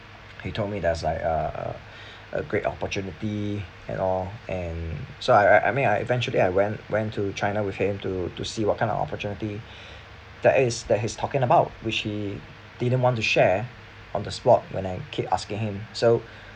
he told me there's like uh aa great opportunity and all and so I I mean I eventually I went went to china with him to to see what kind of opportunity there is that he's talking about which he didn't want to share on the spot when I keep asking him so